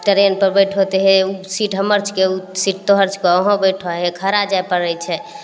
ट्रेनपर बैठहो तऽ हे उ सीट हमर छिके उ सीट तोहर छिको वहाँ बैठो हे खड़ा जाइ पड़य छै